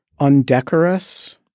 undecorous